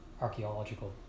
archaeological